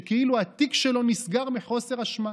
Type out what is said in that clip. שכאילו התיק שלו נסגר מחוסר אשמה,